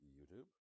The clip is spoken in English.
YouTube